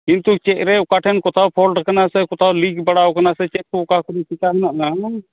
ᱠᱤᱱᱛᱩ ᱪᱮᱫ ᱨᱮ ᱚᱠᱟ ᱴᱷᱮᱱ ᱠᱚᱛᱷᱟᱣ ᱯᱷᱚᱞᱴ ᱟᱠᱟᱱᱟ ᱥᱮ ᱠᱚᱛᱷᱟᱣ ᱞᱤᱠ ᱵᱟᱲᱟ ᱟᱠᱟᱣᱱᱟ ᱥᱮ ᱪᱮᱫ ᱠᱚ ᱚᱠᱟ ᱠᱚᱨᱮ ᱪᱮᱠᱟ ᱢᱮᱱᱟᱜ ᱢᱮᱭᱟ ᱮᱢᱚᱱ